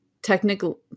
technical